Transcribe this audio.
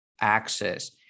access